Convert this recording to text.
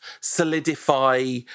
solidify